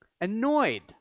Annoyed